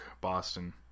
Boston